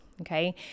okay